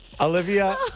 Olivia